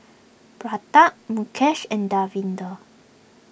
Pratap Mukesh and Davinder